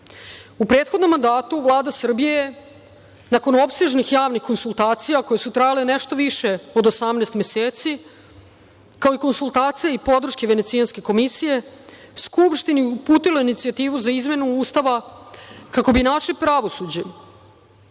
prethodnom mandatu Vlada Srbije je nakon opsežnih javnih konsultacija koje su trajale nešto više od 18 meseci, kao i konsultacija i podrške Venecijanske komisije, Skupštini uputila inicijativu za izmenu Ustava kako bi naše pravosuđe